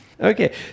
Okay